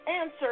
answer